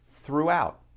throughout